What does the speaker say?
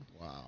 Wow